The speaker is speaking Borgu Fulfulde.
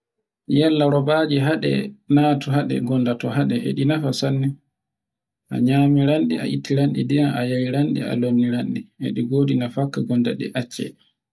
yalla robaje haɗe na to haɗe gonde to hade e ɗi nafa sanne. A nyaminranɗe a ittiranɗe ndiyam a yayranɗe a lonyiranɗe e ɗi ngodi nafaka gonda ɗi acce.